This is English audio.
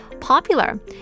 popular